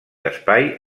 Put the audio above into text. espai